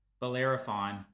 Bellerophon